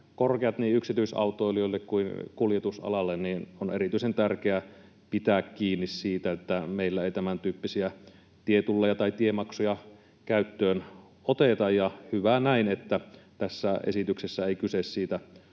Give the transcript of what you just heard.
korkeat niin yksityisautoilijoille kuin kuljetusalalle, on erityisen tärkeää pitää kiinni siitä, että meillä ei tämäntyyppisiä tietulleja tai tiemaksuja käyttöön oteta. Ja hyvä näin, että tässä esityksessä ei kyse siitä